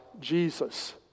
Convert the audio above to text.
Jesus